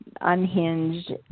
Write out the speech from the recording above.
unhinged